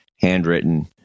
handwritten